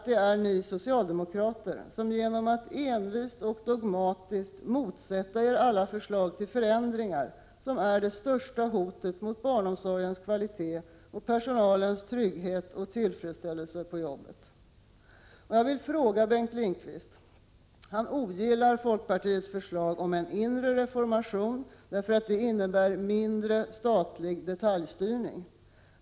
Det är ni socialdemokrater som, genom att envist och dogmatiskt motsätta er alla förslag till förändringar, utgör det största hotet mot barnomsorgens kvalitet och mot personalens trygghet och tillfredsställelse i jobbet. Jag vill ställa en fråga till Bengt Lindqvist. Han ogillar folkpartiets förslag om en inre reformation, eftersom det innebär mindre statlig detaljstyrning.